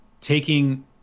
Taking